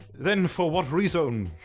thenne for what resoun?